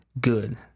good